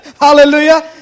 Hallelujah